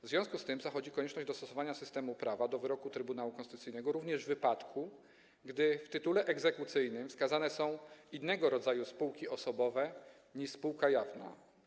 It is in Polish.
W związku z tym zachodzi konieczność dostosowania systemu prawa do wyroku Trybunału Konstytucyjnego, również w wypadku, gdy w tytule egzekucyjnym wskazane są innego rodzaju spółki osobowe niż spółka jawna.